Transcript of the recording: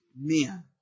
men